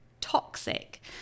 toxic